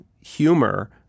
humor